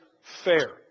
Fair